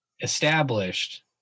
established